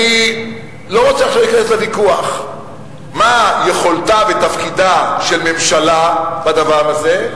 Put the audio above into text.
אני לא רוצה עכשיו להיכנס לוויכוח מה יכולתה ותפקידה של ממשלה בדבר הזה,